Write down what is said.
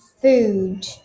food